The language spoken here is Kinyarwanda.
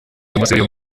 uyu